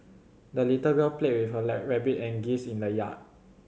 the little girl played with her lie rabbit and geese in the yard